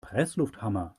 presslufthammer